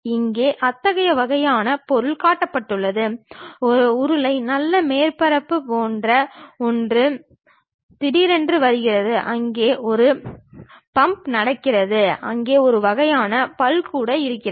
இங்கே அத்தகைய வகையான பொருள் காட்டப்பட்டுள்ளது ஒரு உருளை நல்ல மேற்பரப்பு போன்ற ஒன்று திடீரென்று வருகிறது அங்கே ஒரு பம்ப் நடக்கிறது அங்கே ஒரு வகையான பல் கூட இருக்கிறது